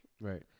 right